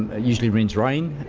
ah usually means rain.